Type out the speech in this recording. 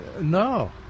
No